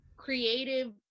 creative